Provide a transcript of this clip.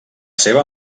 seva